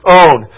own